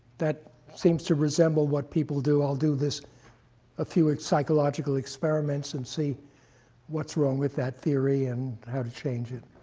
that seems to resemble what people do. i'll do this few psychological experiments and see what's wrong with that theory and how to change it.